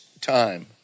time